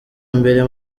mbere